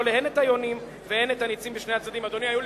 הן את היונים והן את הנצים בשני הצדדים.